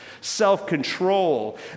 self-control